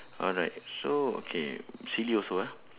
alright so okay silly also ah